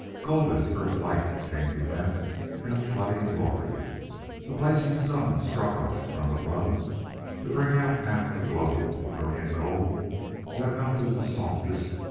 golden earth-light came to them in a flooding glory the blazing sun struck on it from above to bring out half the globe in brilliant gold that melted to softest,